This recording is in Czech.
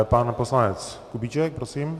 Pan poslanec Kubíček, prosím.